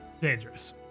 dangerous